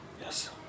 Yes